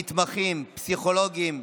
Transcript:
מתמחים, פסיכולוגים,